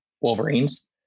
Wolverines